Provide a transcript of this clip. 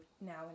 now